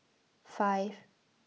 five